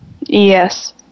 Yes